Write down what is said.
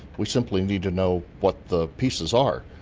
we simply need to know what the pieces are.